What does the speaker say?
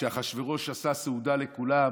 כשאחשוורוש עשה סעודה לכולם